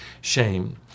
shame